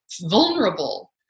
vulnerable